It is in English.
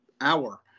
hour